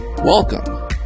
Welcome